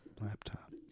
laptop